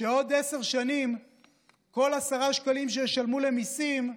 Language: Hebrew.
עוד עשר שנים מכל עשרה שקלים שישלמו למיסים,